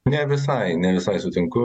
ne visai ne visai sutinku